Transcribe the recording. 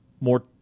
more